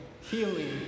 healing